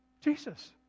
Jesus